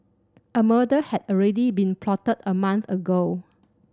a murder had already been plotted a month ago